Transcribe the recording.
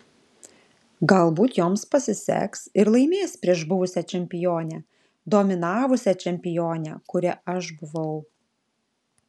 galbūt joms pasiseks ir laimės prieš buvusią čempionę dominavusią čempionę kuria aš buvau